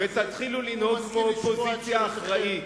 כשאתם תבינו את זה ותתחילו לנהוג כאופוזיציה אחראית,